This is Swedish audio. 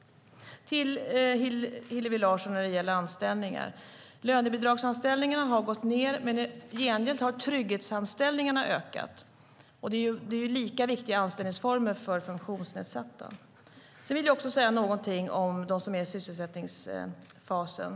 När det gäller anställningar vill jag säga till Hillevi Larsson att lönebidragsanställningarna har gått ned, men i gengäld har trygghetsanställningarna ökat. Det är en lika viktig anställningsform för funktionsnedsatta. Jag vill också säga någonting om dem som är i sysselsättningsfasen.